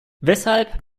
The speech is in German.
weshalb